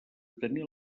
tenir